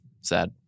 Sad